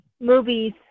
movies